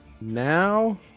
Now